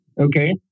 Okay